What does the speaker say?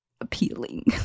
appealing